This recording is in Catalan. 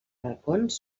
balcons